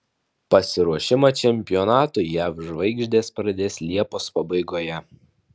pasiruošimą čempionatui jav žvaigždės pradės liepos pabaigoje